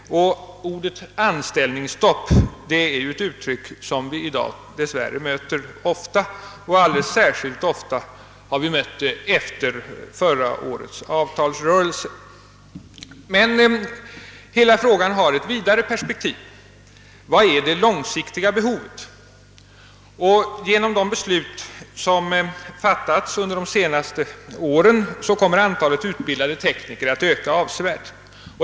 »Anställningsstopp» är ett uttryck som vi i dag dess värre ofta möter; alldeles särskilt ofta har vi mött det efter förra årets avtalsrörelse. Hela frågan har emellertid ett vidare perspektiv. Vilket är det långsiktiga behovet? Genom de beslut som fattats under de senaste åren kommer antalet utbildade tekniker att öka avsevärt.